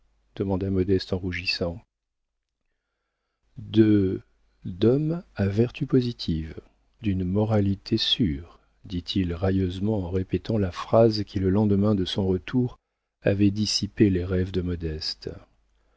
demanda modeste en rougissant de l'homme à vertus positives d'une moralité sûre dit-il railleusement en répétant la phrase qui le lendemain de son retour avait dissipé les rêves de modeste